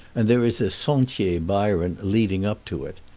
and there is a sentier byron leading up to it.